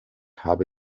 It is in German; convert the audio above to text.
habe